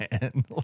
man